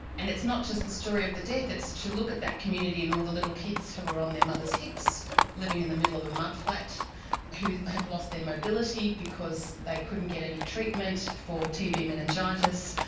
and it's not just the story of the death, it's to look at that community and all the little kids who are on their mother's hips living in the middle of a mud flat who have lost their mobility because they couldn't get any treatment for tb meningitis,